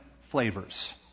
flavors